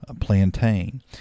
plantain